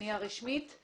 פנייה רשמית;